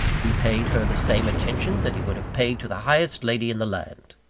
he paid her the same attention that he would have paid to the highest lady in the land.